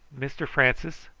mr francis,